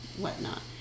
whatnot